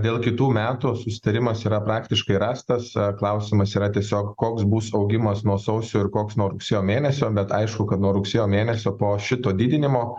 dėl kitų metų susitarimas yra praktiškai rastas klausimas yra tiesiog koks bus augimas nuo sausio ir koks nuo rugsėjo mėnesio bet aišku kad nuo rugsėjo mėnesio po šito didinimo